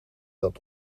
dat